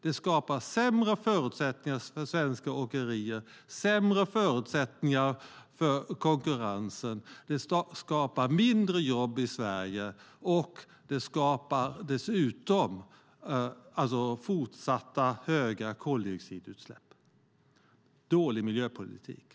Det skapar sämre förutsättningar för svenska åkerier, sämre förutsättningar för konkurrensen, färre jobb i Sverige och fortsatta höga koldioxidutsläpp. Det är dålig miljöpolitik.